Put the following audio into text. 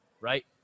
right